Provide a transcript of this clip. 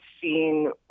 seen